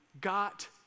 got